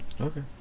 okay